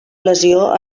lesió